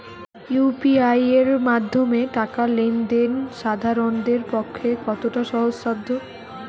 UPI এর মাধ্যমে টাকা লেন দেন সাধারনদের পক্ষে কতটা সহজসাধ্য?